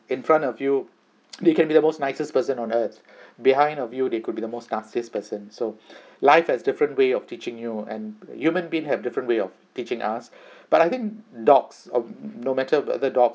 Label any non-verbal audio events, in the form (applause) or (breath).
in front of you (noise) they can be the most nicest person on earth behind of you they could be the most nastiest person so (breath) life has different way of teaching you and human beings have different way of teaching us (breath) but I think dogs uh no matter whether dog